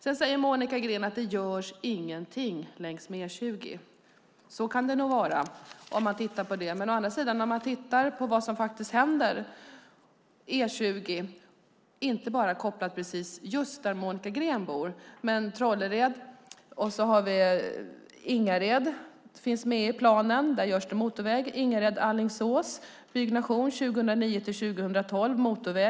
Enligt Monica Green görs det ingenting längs med E20. Det må så vara. Men tittar man på vad som faktiskt händer på E20, och inte bara just där Monica Green bor, finns Trollered och Ingared med i planen. Där görs det motorväg. På sträckan Ingared-Alingsås sker byggnation av motorväg 2009-2012.